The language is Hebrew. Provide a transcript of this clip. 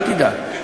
אל תדאג,